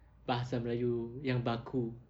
bahasa melayu yang baku